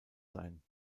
sein